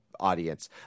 audience